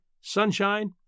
sunshine